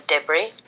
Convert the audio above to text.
debris